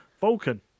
Vulcan